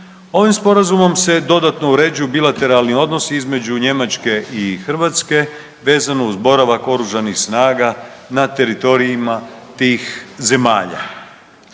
ovim Sporazumom se dodatno uređuju bilateralni odnosi između Njemačke i Hrvatske vezano uz boravak OS-a na teritorijima tih zemalja.